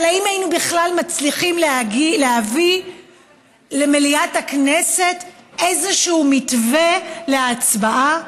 אבל האם היינו בכלל מצליחים להביא למליאת הכנסת איזשהו מתווה להצבעה